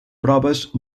proves